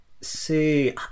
see